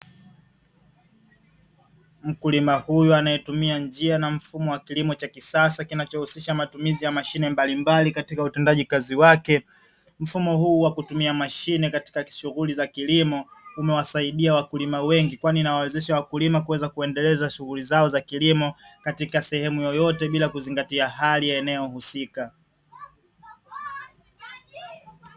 Mkulima huyu anayetumia njia na mfumo wa kilimo cha kisasa, kinachohusisha matumizi ya mashine mbalimbali katika utendaji kazi wake. Mfumo huu wa kutumia mashine katika shughuli za kilimo umewasaidia wakulima wengi, kwani inawawezesha wakulima kuweza kuendeleza shughuli zao za kilimo katika sehemu yoyote bila kuzingatia hali ya eneo husika.